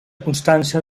constància